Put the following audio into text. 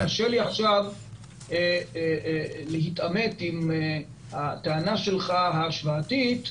קשה לי להתעמת עכשיו עם הטענה ההשוואתית שלך,